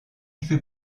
fut